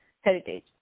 Heritage